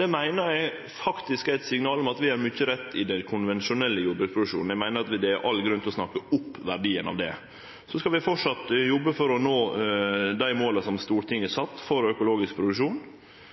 Det meiner eg er eit signal om at vi gjer mykje rett i den konvensjonelle jordbruksproduksjonen. Eg meiner at det er all grunn til å snakke opp verdien av det. Så skal vi framleis jobbe for å nå dei måla som Stortinget har